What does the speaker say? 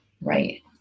Right